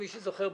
מי שזוכר,